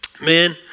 man